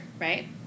right